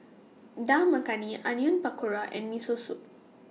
Dal Makhani Onion Pakora and Miso Soup